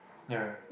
ya